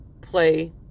play